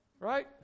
right